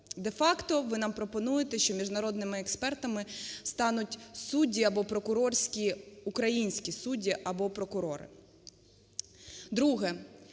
Де-факто ви нам пропонуєте, що міжнародними експертами стануть судді або прокурорські… українські судді або прокурори. Друге.